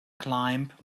climb